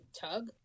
tug